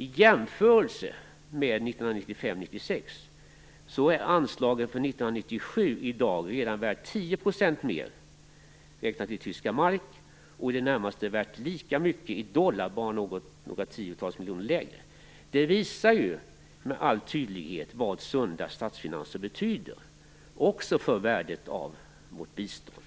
I jämförelse med 1995/96 är anslaget för 1997 i dag redan värt 10 % mer räknat i tyska mark och i det närmaste värt lika mycket, bara några tiotals miljoner lägre, i dollar. Detta visar med all tydlighet vad sunda statsfinanser betyder också för värdet av vårt bistånd.